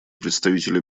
представителя